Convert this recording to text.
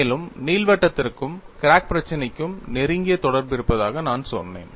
மேலும் நீள்வட்டத்திற்கும் கிராக் பிரச்சனைக்கும் நெருங்கிய தொடர்பு இருப்பதாக நான் சொன்னேன்